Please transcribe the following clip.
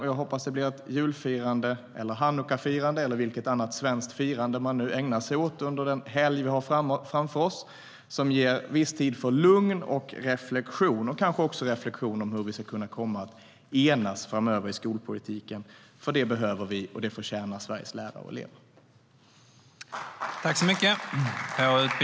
Jag hoppas att det blir ett julfirande, ett chanukkafirande eller vilket annat svenskt firande man nu ägnar sig åt under den helg vi har framför oss som ger tid för lugn och reflexion - kanske också reflexion om hur vi ska kunna enas i skolpolitiken framöver. Det behöver vi, och det förtjänar Sveriges lärare och elever.